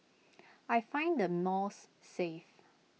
I find the malls safe